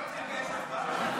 רגע, יש הצבעה?